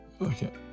Okay